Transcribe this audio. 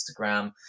Instagram